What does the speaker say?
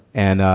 and,